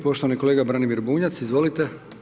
Poštovani kolega Branimir Bunjac, izvolite.